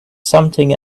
something